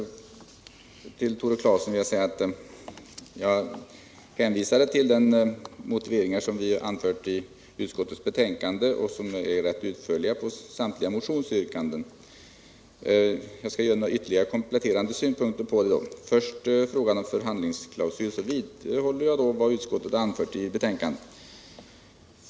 Till Tore Claeson vill jag säga att jag hänvisar till de motiveringar som vi anfört i utskottets betänkande, och de är rätt utförliga i vad gäller samtliga anfört i silt betänkande.